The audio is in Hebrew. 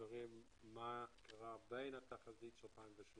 הסברים מה קרה בין התחזית של 2013,